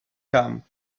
camp